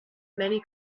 many